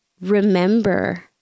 remember